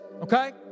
okay